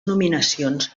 nominacions